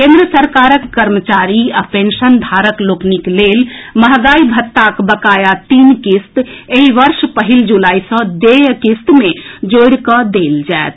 केन्द्र सरकारक कर्मचारी आ पेंशनधारक लोकनिक लेल महंगाई भत्ताक बकाया तीन किस्त एहि वर्ष पहिल जुलाई सँ देय किस्त मे जोड़ि कऽ देल जाएत